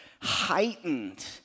heightened